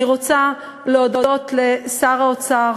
אני רוצה להודות לשר האוצר,